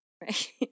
right